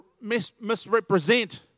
misrepresent